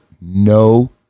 no